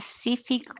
specific